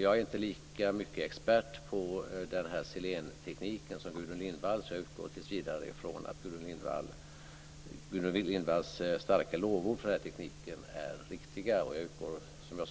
Jag är inte lika stor expert på selentekniken som Gudrun Lindvall, så jag utgår tills vidare från att Gudrun Lindvalls starka lovord för den tekniken är riktiga. Jag utgår